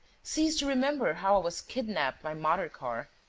cease to remember how i was kidnapped by motor-car,